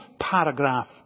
paragraph